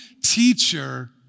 teacher